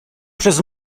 przez